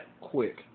quick